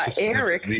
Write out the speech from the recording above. Eric